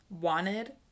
wanted